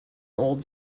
old